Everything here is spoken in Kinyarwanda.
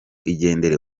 igendere